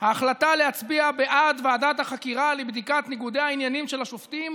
"ההחלטה להצביע בעד ועדת החקירה לבדיקת ניגודי העניינים של השופטים